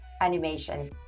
animation